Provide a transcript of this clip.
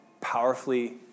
powerfully